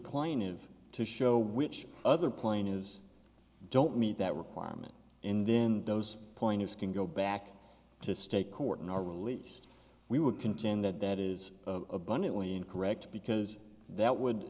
plaintiff to show which other plane is don't meet that requirement in then those pointers can go back to state court and are released we would contend that that is abundantly incorrect because that would